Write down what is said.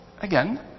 again